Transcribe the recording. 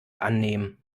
annehmen